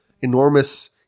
enormous